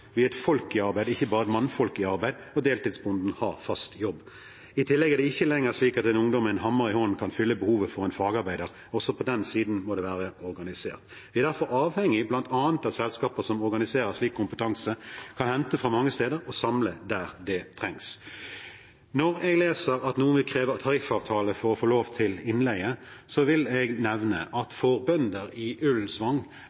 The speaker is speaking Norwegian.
vi er et folk, ikke bare mannfolk, i arbeid, og deltidsbonden har fast jobb. I tillegg er det ikke lenger slik at en ungdom med en hammer i hånden kan fylle behovet for en fagarbeider. Også på den siden må det være organisert. Vi er derfor avhengig av bl.a. at selskaper som organiserer slik kompetanse, kan hente fra mange steder og samle den der det trengs. Når jeg leser at noen vil kreve tariffavtale for å få lov til innleie, vil jeg nevne at